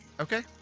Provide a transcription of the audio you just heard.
Okay